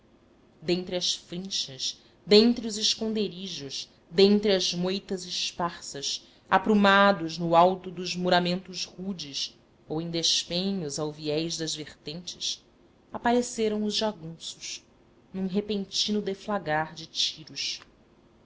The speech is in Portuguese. dentre as frinchas dentre os esconderijos dentre as moitas esparsas aprumados no alto dos muramentos rudes ou em despenhos ao viés das vertentes apareceram os jagunços num repentino deflagrar de tiros